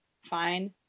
fine